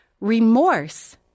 Remorse